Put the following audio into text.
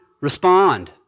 respond